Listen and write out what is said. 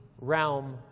realm